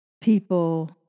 People